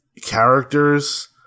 characters